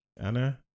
anna